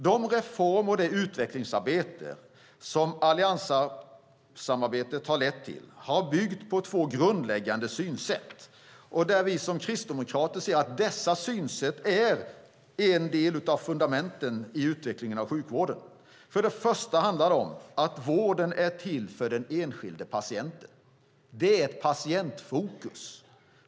De reformer och det utvecklingsarbete som allianssamarbetet har lett till har byggt på två grundläggande synsätt. Vi som kristdemokrater ser att dessa synsätt är en del av fundamenten i utvecklingen av sjukvården. För det första handlar det om att vården är till för den enskilde patienten. Det är ett patientfokus.